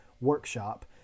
Workshop